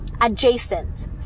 adjacent